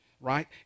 right